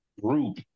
group